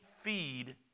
feed